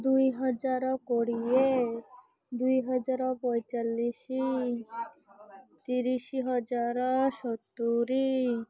ଦୁଇହଜାର କୋଡ଼ିଏ ଦୁଇହଜାର ପଇଁଚାଳିଶ ତିରିଶ ହଜାର ସତୁରୀ